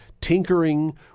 tinkering